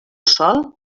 sòl